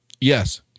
Yes